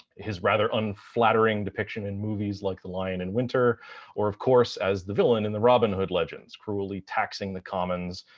his rather unflattering depiction in movies like the lion in winter or of course as the villain in the robin hood legends, cruelly taxing the commons,